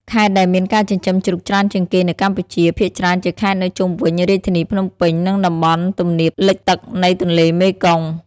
ខេត្តដែលមានការចិញ្ចឹមជ្រូកច្រើនជាងគេនៅកម្ពុជា ភាគច្រើនជាខេត្តនៅជុំវិញរាជធានីភ្នំពេញ និងតំបន់ទំនាបលិចទឹកនៃទន្លេមេគង្គ។